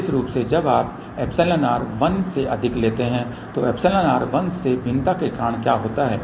विशेष रूप से जब आप εr 1 से अधिक लेते हैं तो εr 1 से भिन्नता के कारण क्या होता है